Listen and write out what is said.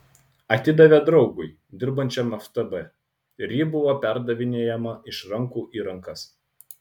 atidavė draugui dirbančiam ftb ir ji buvo perdavinėjama iš rankų į rankas